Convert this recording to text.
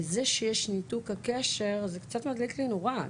בזה שיש ניתוק הקשר זה קצת מדליק לי נורה.